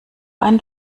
einen